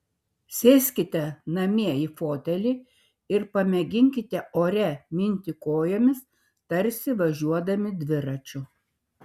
sėskite namie į fotelį ir pamėginkite ore minti kojomis tarsi važiuodami dviračiu